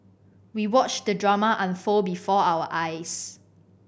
we watched the drama unfold before our eyes